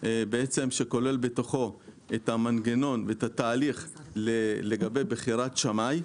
שכולל בתוכו את המנגנון ואת התהליך לגבי בחירת שמאי,